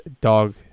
dog